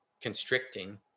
constricting